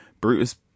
Brutus